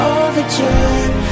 overjoyed